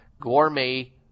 gourmet